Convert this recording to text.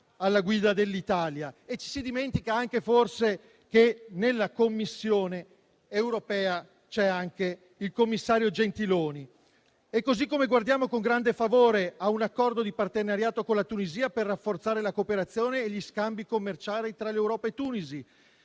alla guida dell'Italia. E ci si dimentica, forse, che nella Commissione europea siede anche il commissario Gentiloni. Allo stesso modo, guardiamo con grande favore a un accordo di partenariato con la Tunisia, per rafforzare la cooperazione e gli scambi commerciali tra l'Europa e Tunisi.